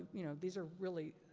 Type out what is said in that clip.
you know, these are really,